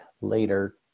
later